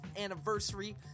anniversary